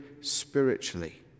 spiritually